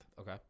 Okay